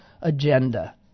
agenda